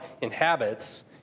inhabits